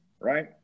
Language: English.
Right